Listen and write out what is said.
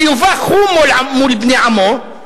שיובך הוא מול בני עמו,